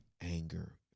anger